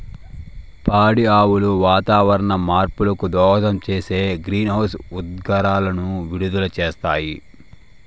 పాడి ఆవులు వాతావరణ మార్పులకు దోహదం చేసే గ్రీన్హౌస్ ఉద్గారాలను విడుదల చేస్తాయి